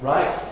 Right